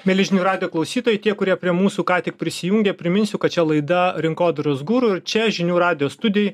mieli žinių radijo klausytojai tie kurie prie mūsų ką tik prisijungė priminsiu kad čia laida rinkodaros guru ir čia žinių radijo studijoj